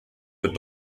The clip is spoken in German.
wird